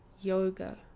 yoga